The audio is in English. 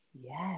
yes